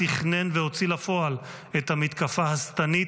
תכנן והוציא לפועל את המתקפה השטנית,